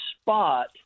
spot